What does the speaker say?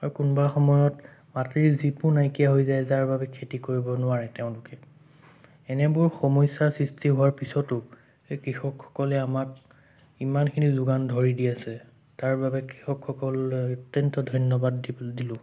আৰু কোনোবা সময়ত মাটিৰ জিপো নাইকীয়া হৈ যায় যাৰ বাবে খেতি কৰিব নোৱাৰে তেওঁলোকে এনেবোৰ সমস্যাৰ সৃষ্টি হোৱাৰ পিছতো এই কৃষকসকলে আমাক ইমানখিনি যোগান ধৰি আছে তাৰ বাবে কৃষকসকললৈ অত্যন্ত ধন্যবাদ দি দিলোঁ